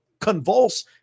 convulse